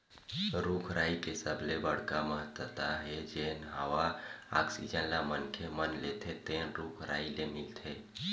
रूख राई के सबले बड़का महत्ता हे जेन हवा आक्सीजन ल मनखे मन लेथे तेन रूख राई ले मिलथे